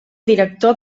director